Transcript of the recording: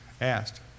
asked